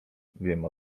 wiem